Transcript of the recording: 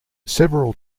several